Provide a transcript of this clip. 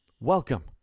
welcome